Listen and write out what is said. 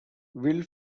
will